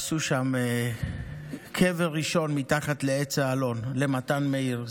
עשו שם קבר ראשון מתחת לעץ האלון למתן מאיר,